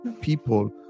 people